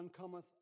cometh